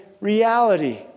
Reality